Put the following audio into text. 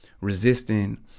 Resisting